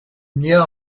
mia